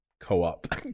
Co-op